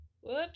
Whoops